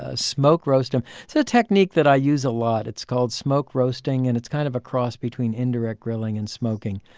ah smoke roast them. it's so a technique that i use a lot. it's called smoke roasting, and it's kind of a cross between indirect grilling and smoking,